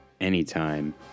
Anytime